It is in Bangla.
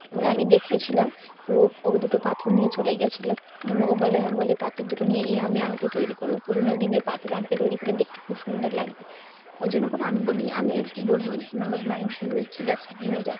বলে আমি দেখিয়েছিলাম ও ও দুটো পাথর নিয়ে চলে গিয়েছিল কেন না ও বলে বলে পাথর দুটো নিয়ে গিয়ে আমি আংটি তৈরি করব পুরনো দিনের পাথর আংটি তৈরি করলে দেখতে খুব সুন্দর লাগবে ওই জন্য করে আমি বলি আমি আর কি বলব ননদ মানুষ আমি বলেছি ঠিক আছে নিয়ে যাও